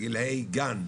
גילאי גן.